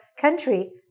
country